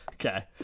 Okay